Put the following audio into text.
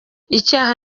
icyaha